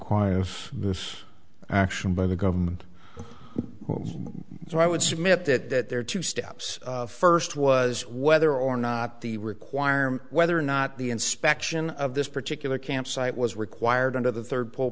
requires this action by the government so i would submit that there are two steps first was whether or not the requirement whether or not the inspection of this particular campsite was required under the third p